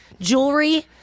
jewelry